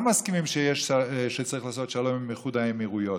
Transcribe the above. כולם מסכימים שצריך לעשות שלום עם איחוד האמירויות,